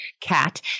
cat